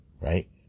right